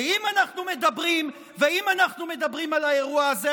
ואם אנחנו מדברים על האירוע הזה,